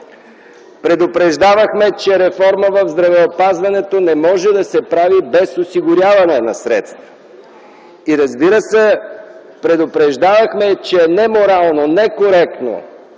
Предупреждавахме, че реформа в здравеопазването не може да се прави без осигуряване на средства и, разбира се, предупреждавахме, че е неморално, некоректно,